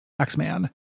X-Man